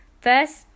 First